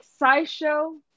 SciShow